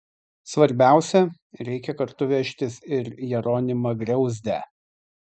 svarbiausia reikia kartu vežtis ir jeronimą griauzdę